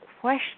question